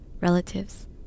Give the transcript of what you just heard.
relatives